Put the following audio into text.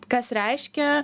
kas reiškia